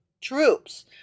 troops